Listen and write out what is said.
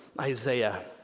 Isaiah